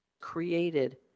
created